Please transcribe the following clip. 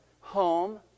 home